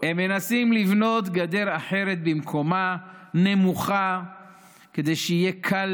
אם עד היום ברוח הסטטוס קוו היו חומות